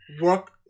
work